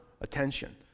attention